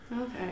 Okay